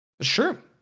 Sure